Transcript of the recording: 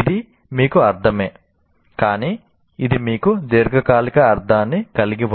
ఇది మీకు అర్ధమే కానీ ఇది మీకు దీర్ఘకాలిక అర్ధాన్ని కలిగి ఉండదు